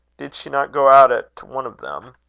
did she not go out at one of them?